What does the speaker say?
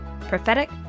Prophetic